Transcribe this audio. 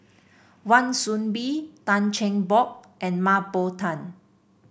Wan Soon Bee Tan Cheng Bock and Mah Bow Tan